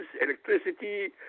electricity